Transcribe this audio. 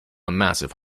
massive